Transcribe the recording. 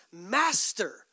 master